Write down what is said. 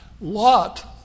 Lot